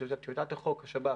טיוטת חוק השב"כ,